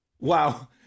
Wow